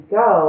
go